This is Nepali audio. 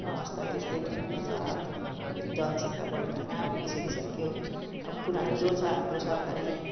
अवस्था त्यस्तै भइरहेको छ अब जनसङ्ख्या बढेर कहाँ पुगी सकिसक्यो अब पुरानो जो छ हाम्रो सरकारी